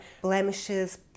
blemishes